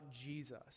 Jesus